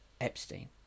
Epstein